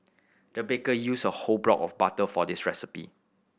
the baker used a whole block of butter for this recipe